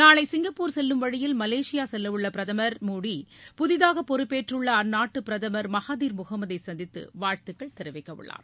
நாளை சிங்கப்பூர் செல்லும் வழியில் மலேசியா செல்லவுள்ள பிரதமர் மோடி புதிதாக பொறுப்பேற்றுள்ள அந்நாட்டின் பிரதமர் மகாதீர் முகமதை சந்தித்து வாழ்த்துக்கள் தெரிவிக்கவுள்ளார்